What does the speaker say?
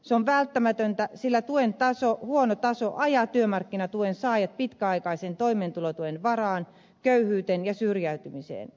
se on välttämätöntä sillä tuen taso huono taso ajaa työmarkkinatuen saajat pitkäaikaisen toimeentulotuen varaan köyhyyteen ja syrjäytymiseen